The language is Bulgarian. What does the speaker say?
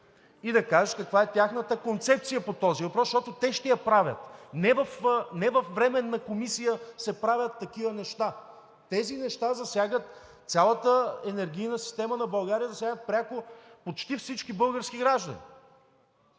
и да кажат каква е тяхната концепция по този въпрос? Защото те ще я правят. Не във временна комисия се правят такива неща. Тези неща засягат цялата енергийна система на България, засягат пряко почти всички български граждани.